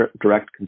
direct